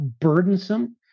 burdensome